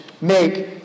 make